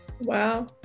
Wow